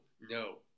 No